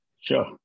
Sure